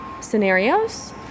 scenarios